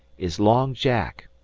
is long jack.